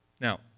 Now